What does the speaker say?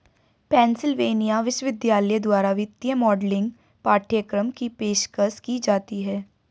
Pennsylvania विश्वविद्यालय द्वारा वित्तीय मॉडलिंग पाठ्यक्रम की पेशकश की जाती हैं